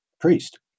priest